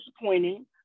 disappointing